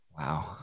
Wow